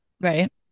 Right